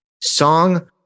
Song